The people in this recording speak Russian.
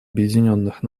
объединенных